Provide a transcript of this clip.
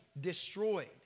destroyed